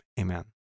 amen